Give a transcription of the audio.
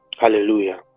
Hallelujah